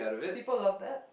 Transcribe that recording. people love that